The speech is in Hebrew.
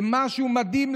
זה משהו מדהים.